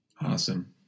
Awesome